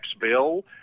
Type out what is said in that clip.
bill